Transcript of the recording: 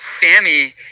Sammy